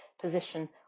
position